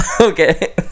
Okay